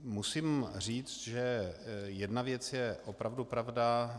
Musím říct, že jedna věc je opravdu pravda.